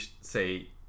say